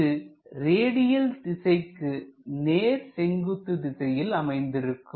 இது ரேடியல்திசைக்கு நேர் செங்குத்து திசையில் அமைந்திருக்கும்